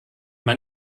man